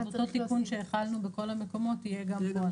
אותו תיקון שהחלנו בכל המקומות יהיה גם פה,